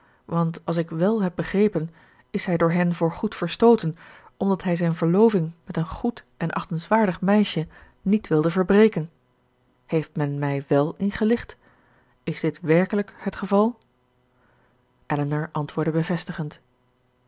want als ik wèl heb begrepen is hij door hen voorgoed verstooten omdat hij zijne verloving met een goed en achtenswaardig meisje niet wilde verbreken heeft men mij wèl ingelicht is dit werkelijk het geval elinor antwoordde bevestigend